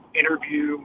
interview